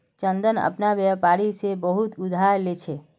चंदन अपना व्यापारी से बहुत उधार ले छे